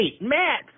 Matt